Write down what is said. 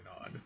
on